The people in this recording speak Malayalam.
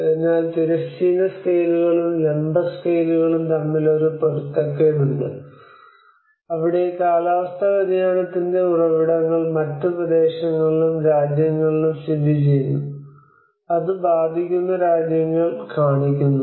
അതിനാൽ തിരശ്ചീന സ്കെയിലുകളും ലംബ സ്കെയിലുകളും തമ്മിൽ ഒരു പൊരുത്തക്കേടുണ്ട് അവിടെ കാലാവസ്ഥാ വ്യതിയാനത്തിന്റെ ഉറവിടങ്ങൾ മറ്റ് പ്രദേശങ്ങളിലും രാജ്യങ്ങളിലും സ്ഥിതിചെയ്യുന്നു അത് ബാധിക്കുന്ന രാജ്യങ്ങൾ കാണിക്കുന്നു